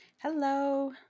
Hello